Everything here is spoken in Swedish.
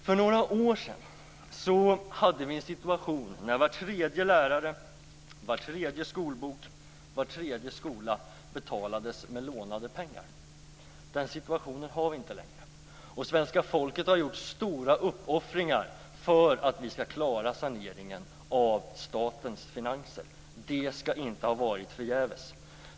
För några år sedan betalades var tredje lärare, var tredje skolbok och var tredje skola med lånade pengar. Den situationen har vi inte längre. Svenska folket har gjort stora uppoffringar för att vi skall klara saneringen av statens finanser. Det skall inte ha varit förgäves.